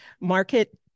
market